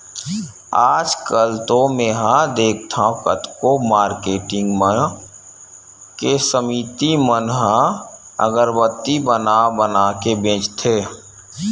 आजकल तो मेंहा देखथँव कतको मारकेटिंग मन के समिति मन ह अगरबत्ती बना बना के बेंचथे